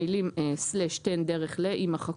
המלים "/תן דרך ל..." יימחקו.